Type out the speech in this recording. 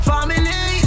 Family